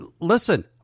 listen